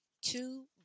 two